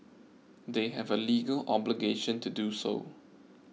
they have a legal obligation to do so